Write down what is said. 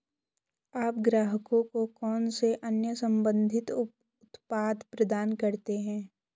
आप ग्राहकों को कौन से अन्य संबंधित उत्पाद प्रदान करते हैं?